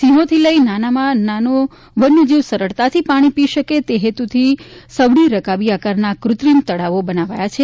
સિંહોથી લઈને નાનામા નાનો વન્યજીવ સરળતાથી પાણી પી શકે તે હેતુથી સવળી રકાબી આકારના આ કૃત્રિમ તળાવો બનાવાયા છે